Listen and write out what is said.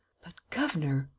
but, governor.